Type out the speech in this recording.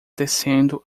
descendo